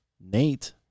Nate